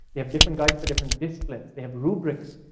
they have different guides for different disciplines, they have rubrics,